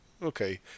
Okay